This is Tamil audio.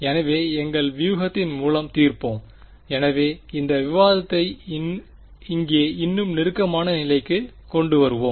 எனவேஎங்கள் வியூகத்தின் மூலம் தீர்ப்போம் எனவே இந்த விவாதத்தை இங்கே இன்னும் நெருக்கமான நிலைக்கு கொண்டு வருவோம்